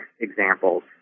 examples